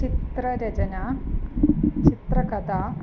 चित्ररचना चित्रकथा